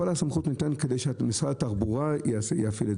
כל הסמכות ניתנת כדי שמשרד התחבורה יפעיל את